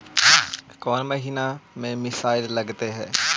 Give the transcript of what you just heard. कौन महीना में मिसाइल लगते हैं?